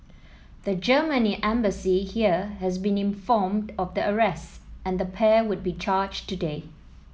the Germany Embassy here has been informed of the arrests and the pair would be charged today